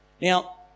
Now